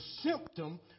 symptom